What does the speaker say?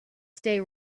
stay